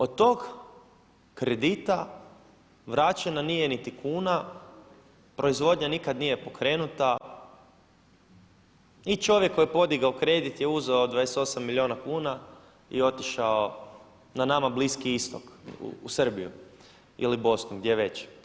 Od tog kredita vraćena nije niti kuna, proizvodnja nikad nije pokrenuta i čovjek koji je pokrenuo kredit je uzeo 28 milijuna kuna i otišao na nama Bliski Istok u Srbiju ili Bosnu gdje već.